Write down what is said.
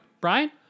Brian